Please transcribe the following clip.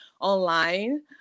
online